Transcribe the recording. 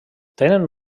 tenen